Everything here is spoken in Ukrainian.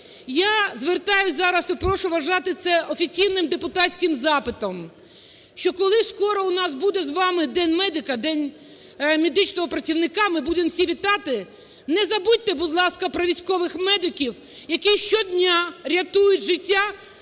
Я звертаюсь зараз, і прошу вважати це офіційним депутатським запитом, що, коли скоро у нас буде з вами День медика, День медичного працівника, ми будемо всі вітати, не забудьте, будь ласка, про військових медиків, які щодня рятують життя